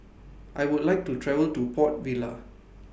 I Would like to travel to Port Vila